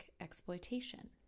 Exploitation